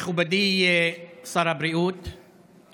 מכובדי שר הבריאות,